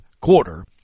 quarter